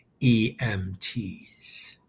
EMTs